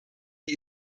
die